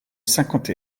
cinquante